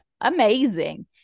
amazing